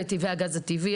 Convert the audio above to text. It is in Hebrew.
"נתיבי הגז הטבעי",